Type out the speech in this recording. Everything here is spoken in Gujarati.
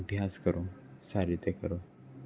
અભ્યાસ કરો સારી રીતે કરો